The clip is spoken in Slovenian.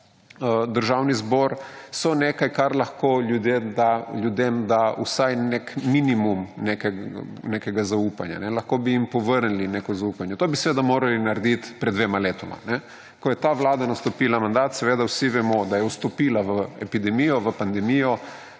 Državni zbor, so nekaj, kar lahko ljudem da vsaj nek minimum nekega zaupanja. Lahko bi jim povrnili neko zaupanje. To bi morali narediti pred dvema letoma, ko je ta vlada nastopila mandat. Seveda vsi vemo, da je vstopila v epidemijo, v pandemijo.